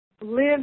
live